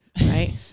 right